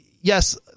yes